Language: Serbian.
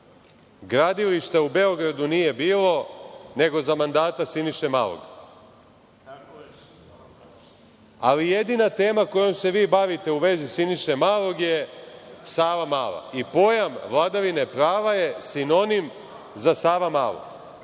gradilišta u Beogradu nije bilo, nego za mandara Siniše Malog. Jedina tema kojom se vi bavite u vezi Siniše Malog je - Savamala. Pojam vladavine prava je sinonim za Savamalu.